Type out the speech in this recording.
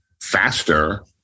faster